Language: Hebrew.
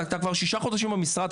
אתה כבר שישה חודשים במשרד,